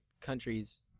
countries